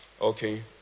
Okay